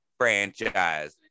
franchise